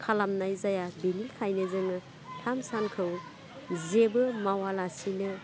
खालामनाय जाया बिनिखायनो जोङो थाम सानखौ जेबो मावालासिनो